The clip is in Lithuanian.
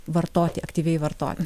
vartoti aktyviai vartoti